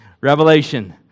Revelation